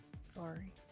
Sorry